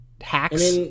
hacks